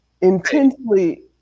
intensely